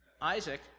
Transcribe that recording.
Isaac